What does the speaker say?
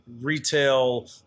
retail